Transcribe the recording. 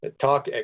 Talk